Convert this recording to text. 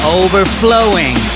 overflowing